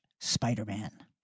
Spider-Man